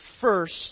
first